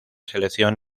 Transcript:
selección